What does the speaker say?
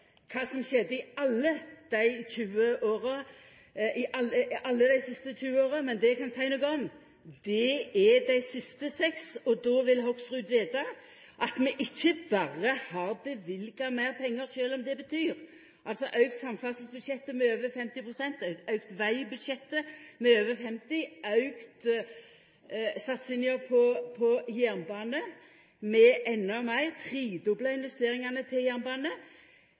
kva som har skjedd i alle dei siste 20 åra, men det eg kan seia noko om, er dei siste seks. Då vil Hoksrud vita at vi ikkje berre har løyvd meir pengar, sjølv om det altså betyr at vi har auka samferdselsbudsjettet med over 50 pst., auka vegbudsjettet med over 50 pst., auka satsinga på jernbane med endå meir – vi har tredobla investeringane til jernbane